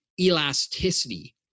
elasticity